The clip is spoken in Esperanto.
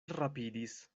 rapidis